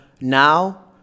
now